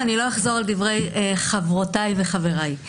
ואני לא אחזור על דברי חברותיי וחבריי.